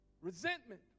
Resentment